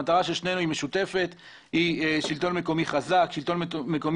המטרה של שנינו משותפת שלטון מקומי חזק ויציב,